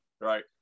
right